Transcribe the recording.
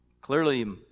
Clearly